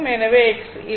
எனவே X இல்லை